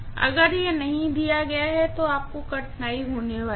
अगर यह नहीं दिया गया तो आपको कठिनाई होने वाली है